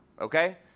okay